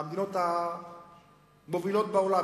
מהמדינות המובילות בעולם,